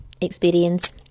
experience